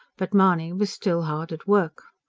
but mahony was still hard at work.